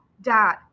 dad